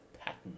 pattern